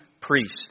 priests